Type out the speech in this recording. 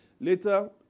Later